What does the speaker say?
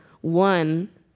one